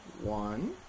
One